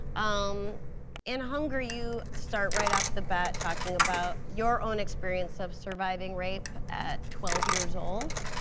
um in hunger you start right of the bat talking about, your own experience of surviving rape at twelve years old.